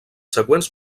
següents